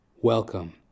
welcome